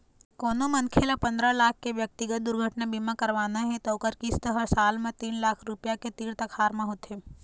कोनो मनखे ल पंदरा लाख के ब्यक्तिगत दुरघटना बीमा करवाना हे त ओखर किस्त ह साल म तीन लाख रूपिया के तीर तखार म होथे